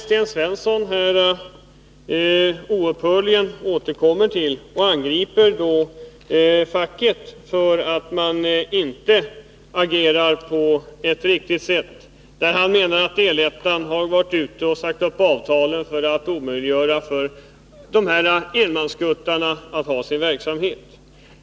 Sten Svensson återkommer oupphörligen till El-ettans agerande, och han angriper facket och säger att man inte har agerat på ett riktigt sätt. Han menar att El-ettan sagt upp avtalen för att omöjliggöra för de här enmansskuttarna att bedriva sin verksamhet.